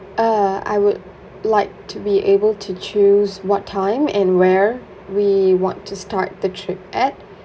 uh I would like to be able to choose what time and where we want to start the trip at